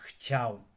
chciał